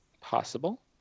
possible